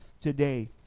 today